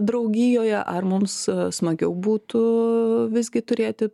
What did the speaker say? draugijoje ar mums smagiau būtų visgi turėti